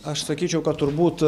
aš sakyčiau kad turbūt